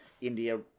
India